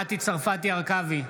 מטי צרפתי הרכבי,